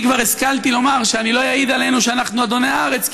אני כבר השכלתי לומר שאני לא אעיד עלינו שאנחנו אדוני הארץ,